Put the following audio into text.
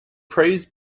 praised